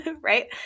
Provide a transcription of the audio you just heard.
right